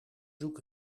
zoek